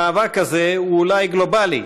המאבק הזה הוא אולי גלובלי,